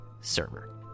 server